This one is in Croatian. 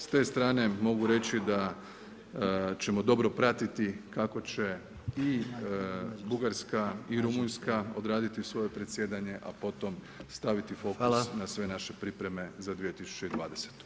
S te strane mogu reći da ćemo dobro pratiti kako će i Bugarska i Rumunjska odraditi svoje predsjedanje, a potom staviti fokus na sve naše pripreme za 2020.